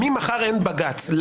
ממחר אין בג"ץ.